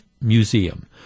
museum